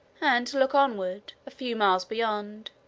and to look onward, a few miles beyond,